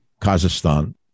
Kazakhstan